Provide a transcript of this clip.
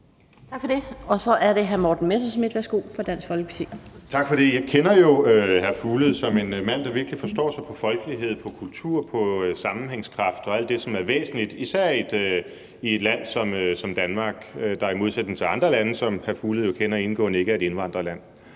Tak for det. Så er det hr. Morten Messerschmidt fra Dansk Folkeparti. Værsgo. Kl. 12:11 Morten Messerschmidt (DF): Tak for det. Jeg kender jo hr. Mads Fuglede som en mand, der virkelig forstår sig på folkelighed, på kultur, på sammenhængskraft og alt det, som er væsentligt, især i et land som Danmark, der i modsætning til andre lande, som hr. Mads Fuglede kender indgående, ikke er et indvandrerland.